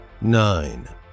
nine